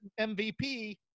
MVP